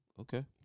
okay